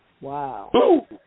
Wow